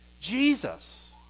Jesus